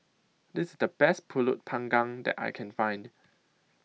This IS The Best Pulut Panggang that I Can Find